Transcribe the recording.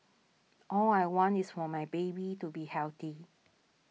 all I want is for my baby to be healthy